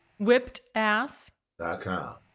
WhippedAss.com